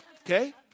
Okay